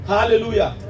Hallelujah